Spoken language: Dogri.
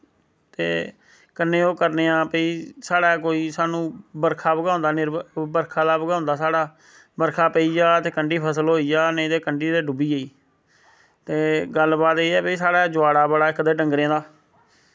ते कन्ने ओह् करने आं भाई साढ़ै कोई साह्नू बर्खा पर गै होदां निर्भर बर्खा् पर गै होंदा साढ़ा बर्खा होई जा ते कंढी फसल होई जा नेईं ते कंढी ते डुब्बी गेई ते गल्ल बात एह् ऐ भाई साढ़ै जोआड़ा बड़ा ऐ इक ते डंगरें दा